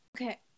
okay